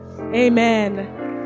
Amen